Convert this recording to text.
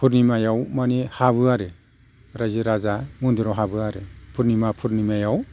पुर्निमायाव माने हाबो आरो रायजो राजा मन्दिराव हाबो आरो पुर्निमा पुर्निमायाव